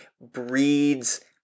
breeds